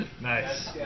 Nice